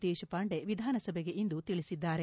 ದೇಶಪಾಂಡೆ ವಿಧಾನಸಭೆಗೆ ಇಂದು ತಿಳಿಸಿದ್ದಾರೆ